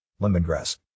lemongrass